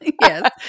Yes